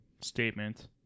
statement